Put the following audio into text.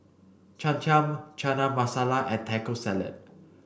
Cham Cham Chana Masala and Taco Salad